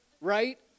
Right